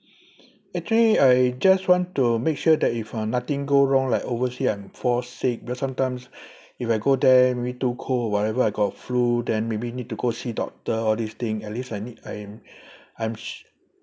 actually I just want to make sure that if uh nothing go wrong like oversea I fall sick because sometimes if I go there maybe too cold or whatever I got flu then maybe need to go see doctor all this thing at least I need I'm I'm sh~